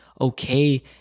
okay